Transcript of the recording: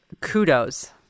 kudos